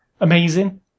Amazing